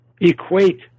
equate